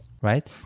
right